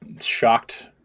shocked